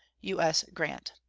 u s. grant.